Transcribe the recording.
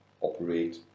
operate